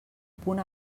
punt